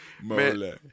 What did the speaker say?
mole